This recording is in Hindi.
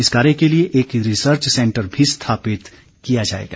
इस कार्य के लिए एक रिसर्च सैंटर भी स्थापित किया जाएगा